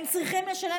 הם צריכים לשלם